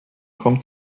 kommt